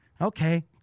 Okay